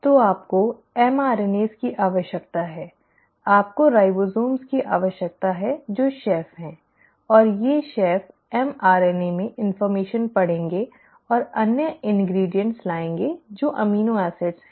तो आपको mRNAs की आवश्यकता है आपको राइबोसोम की आवश्यकता है जो शेफ हैं और ये शेफ mRNA में इन्फ़र्मेशन पढ़ेंगे और अन्य इन्ग्रीड्यॅन्ट लाएंगे जो अमीनो एसिड हैं